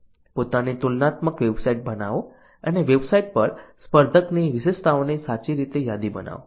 પોતાની તુલનાત્મક વેબસાઈટ બનાવો અને વેબસાઈટ પર સ્પર્ધકની વિશેષતાઓની સાચી રીતે યાદી બનાવો